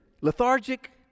lethargic